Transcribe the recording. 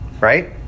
Right